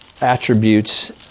attributes